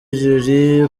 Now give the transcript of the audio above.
ibirori